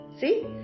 See